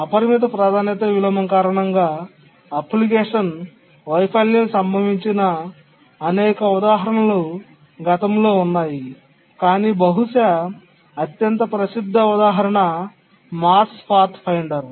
అపరిమిత ప్రాధాన్యత విలోమం కారణంగా అప్లికేషన్ వైఫల్యం సంభవించిన అనేక ఉదాహరణలు గతంలో ఉన్నాయి కానీ బహుశా అత్యంత ప్రసిద్ధ ఉదాహరణ మార్స్ పాత్ ఫైండర్